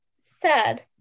sad